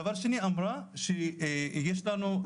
דבר שני היא אמרה שיש לנו,